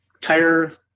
tire